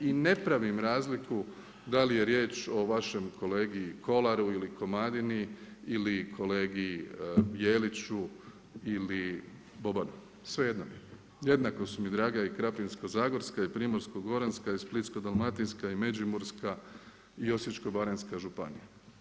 I ne pravim razliku da li je riječ o vašem kolegi Kolaru ili Komadini ili kolegi Jeliću ili Bobanu, svejedno mi je, jednako su mi draga i Krapinsko-zagorska i Primorsko-goranska i Splitsko-dalmatinska i Međimurska i Osječko-baranjska županija.